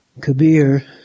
Kabir